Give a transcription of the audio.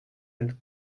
and